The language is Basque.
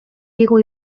digu